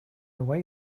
away